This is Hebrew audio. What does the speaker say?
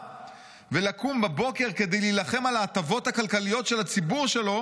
ולקום בבוקר כדי להילחם על ההטבות הכלכליות של הציבור שלו